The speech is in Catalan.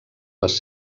les